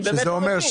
אני באמת לא מבין,